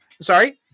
sorry